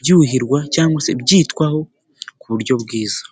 byuhirwa cyangwa se byitwaho ku buryo bwiza.